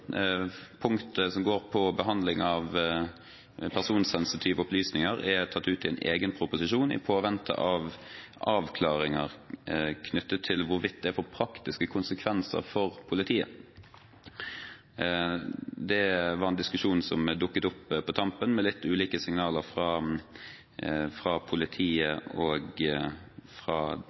behandling av personsensitive opplysninger er tatt ut i en egen proposisjon i påvente av avklaringer knyttet til hvorvidt det får praktiske konsekvenser for politiet. Det var en diskusjon som dukket opp på tampen, med litt ulike signaler fra politiet og